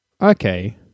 Okay